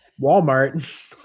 Walmart